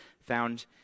found